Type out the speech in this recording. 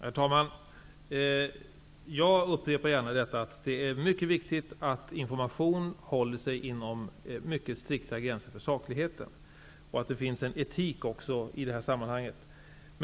Herr talman! Jag upprepar gärna att det är mycket viktigt att informationen håller sig inom strikta gränser för sakligheten och att det också finns en etik i detta sammanhang.